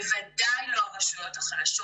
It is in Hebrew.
בוודאי לא הרשויות החלשות.